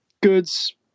goods